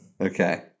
Okay